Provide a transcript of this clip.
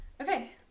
Okay